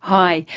hi,